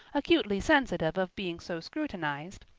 acutely sensitive of being so scrutinized,